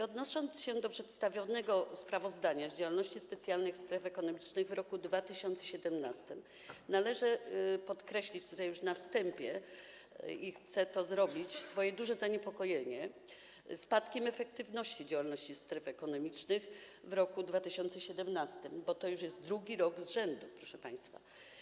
Odnosząc się do przedstawionego sprawozdania z działalności specjalnych stref ekonomicznych w roku 2017, należy podkreślić już na wstępie, i chcę to zrobić, duże zaniepokojenie spadkiem efektywności działalności stref ekonomicznych w roku 2017, bo to już jest drugi rok z rzędu, proszę państwa.